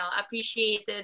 appreciated